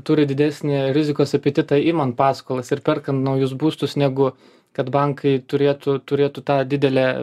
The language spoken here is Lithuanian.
turi didesnį rizikos apetitą iman paskolas ir perkan naujus būstus negu kad bankai turėtų turėtų tą didelę